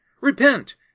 Repent